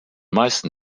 meisten